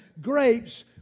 grapes